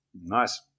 Nice